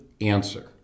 answer